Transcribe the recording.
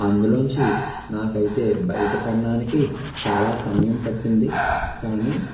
అందులో నుంచి నాకైతే బయట పడటానికి చాలా సమయం పట్టింది కానీ